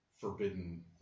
forbidden